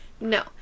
No